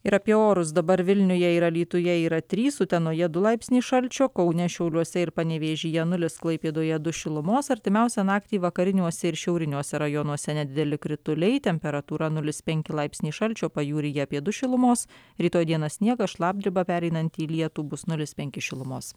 ir apie orus dabar vilniuje ir alytuje yra trys utenoje du laipsniai šalčio kaune šiauliuose ir panevėžyje nulis klaipėdoje du šilumos artimiausią naktį vakariniuose ir šiauriniuose rajonuose nedideli krituliai temperatūra nulis penki laipsniai šalčio pajūryje apie du šilumos rytoj dieną sniegas šlapdriba pereinanti į lietų bus nulis penki šilumos